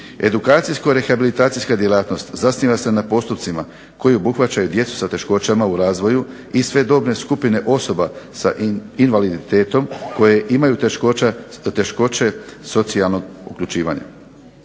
Edukacijsko-rehabilitacijska djelatnost zasniva se na postupcima koji obuhvaćaju djecu sa teškoćama u razvoju, i sve dobne skupine osoba sa invaliditetom, koje imaju teškoće socijalnog uključivanja.